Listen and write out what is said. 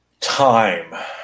time